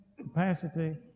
capacity